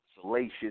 salacious